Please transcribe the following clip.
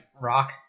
rock